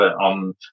on